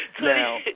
Now